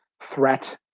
threat